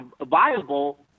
viable